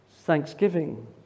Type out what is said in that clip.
Thanksgiving